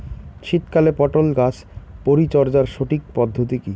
শীতকালে পটল গাছ পরিচর্যার সঠিক পদ্ধতি কী?